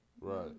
Right